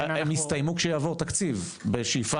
הם יסתיימו כשיעבור תקציב בשאיפה,